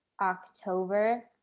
October